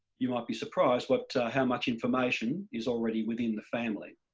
you might be surprised but how much information is already within the family.